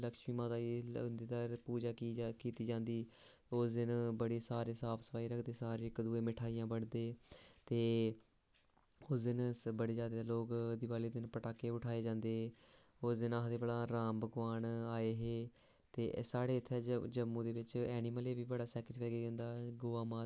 लक्ष्मी माता दी पूजा की जा कीती जंदी उस दिन बड़े सारे साफ सफाई रखदे सारे सब इक दूए गी मठाइयां बंडदे ते उस दिन बड़े जादा लोक दिवाली दे दिन पटाखे बड़े उठाए जंदे उस दिन आखदे भला राम भगवान आए हे ते साढ़े इत्थें जम्मू दे बिच्च एनिमलें गी बी बड़ा मन्नेआ जंदा गौ माता